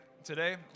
Today